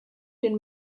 den